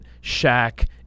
shack